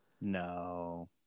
No